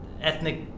ethnic